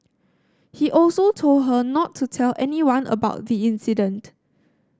he also told her not to tell anyone about the incident